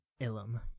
Ilum